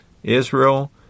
Israel